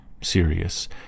serious